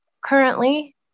currently